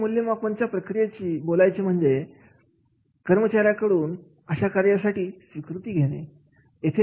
कार्याच्या मूल्यमापनाच्या प्रक्रियेविषयी बोलायचे म्हणजे कर्मचाऱ्यांकडून अशा कार्यासाठी स्विकृती घेणे